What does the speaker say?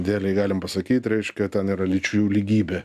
dėlei galim pasakyt reiškia ten yra lyčių lygybė